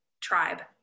tribe